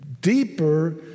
deeper